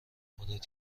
خودت